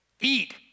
Eat